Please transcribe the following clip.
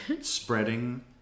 Spreading